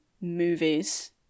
movies